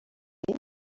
fait